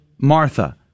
Martha